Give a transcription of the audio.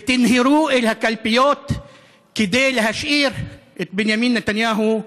ותנהרו אל הקלפיות כדי להשאיר את בנימין נתניהו,